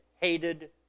hated